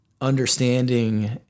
understanding